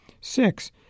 Six